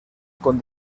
con